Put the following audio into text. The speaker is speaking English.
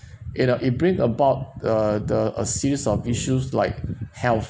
you know it bring about uh the a series of issues like health